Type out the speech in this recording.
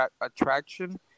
attraction